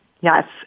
Yes